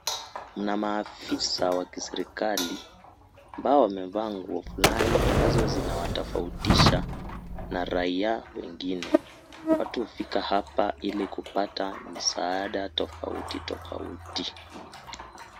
Mnamaafisa wa kiserikali ambao wamevaa nguo fulani ambazo zinawatofautisha na raia wengine, watu hufika hapa ilikupata misaada tofautitofauti.